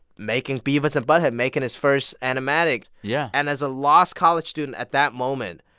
making beavis and butt-head, making his first animatic yeah and as a lost college student at that moment,